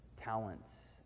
talents